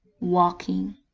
walking